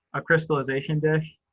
a crystallization dish,